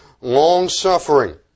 long-suffering